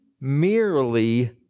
merely